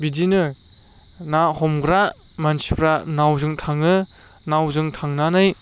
बिदिनो ना हमग्रा मानसिफ्रा नावजों थाङो नावजों थांनानै